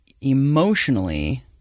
emotionally